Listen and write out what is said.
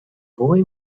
boy